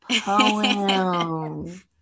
poem